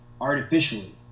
artificially